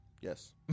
yes